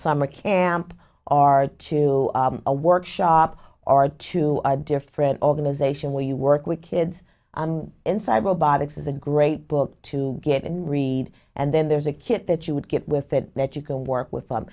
summer camp are to a workshop or to a different organization where you work with kids inside robotics is a great book to get and read and then there's a kit that you would get with it that you can work with them